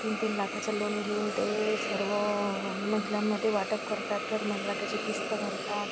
तीन तीन लाखाचं लोन घेऊन ते सर्व महिलांमध्ये वाटप करतात दर महिन्याला त्याची किस्त भरतात